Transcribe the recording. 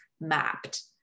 mapped